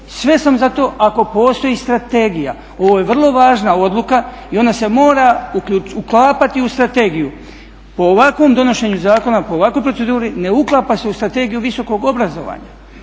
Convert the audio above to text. sve sam za to ako postoji strategija. Ovo je vrlo važna odluka i ona se mora uklapati u strategiju. Po ovakvom donošenju zakona, po ovakvoj proceduri ne uklapa se u Strategiju visokog obrazovanja,